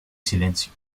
silencio